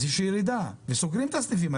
אז יש ירידה וסוגרים את הסניפים.